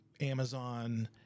Amazon